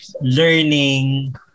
learning